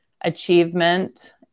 achievement